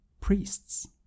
priests